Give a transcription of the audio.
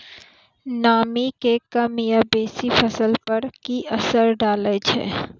नामी के कम या बेसी फसल पर की असर डाले छै?